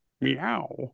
Meow